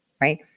Right